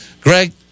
Greg